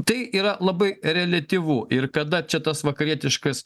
tai yra labai reliatyvu ir kada čia tas vakarietiškas